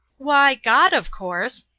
why, god, of course!